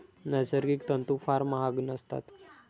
नैसर्गिक तंतू फार महाग नसतात